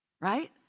right